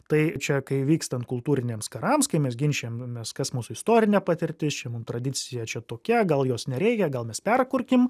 tai čia kai vykstant kultūriniams karams kai mes ginčijamės kas mūsų istorinė patirtis ši tradicija čia tokia gal jos nereikia gal mes perkurkim